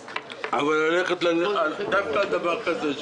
ללכת דווקא על דבר כזה,